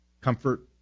comfort